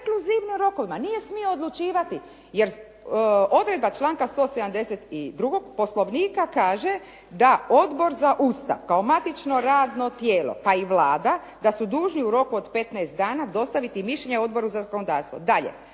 prekluzivnim rokovima, nije smio odlučivati jer odredba članka 172. Poslovnika kaže da Odbor za Ustav, kao matično radno tijelo pa i Vlada da su dužni u roku od 15 dana dostaviti mišljenje Odboru za zakonodavstvo.